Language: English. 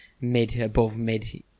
mid-above-mid